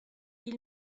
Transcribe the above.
ils